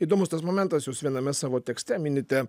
įdomus tas momentas jūs viename savo tekste minite